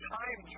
time